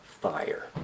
fire